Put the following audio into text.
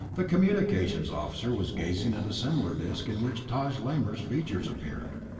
the communications officer was gazing at a similar disc in which taj lamor's features appeared.